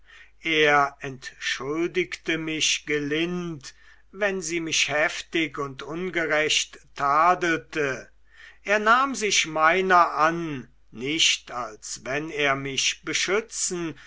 er entschuldigte mich gelind wenn sie mich heftig und ungerecht tadelte er nahm sich meiner an nicht als wenn er mich beschützen